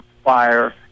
Fire